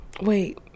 wait